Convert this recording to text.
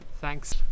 Thanks